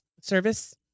Service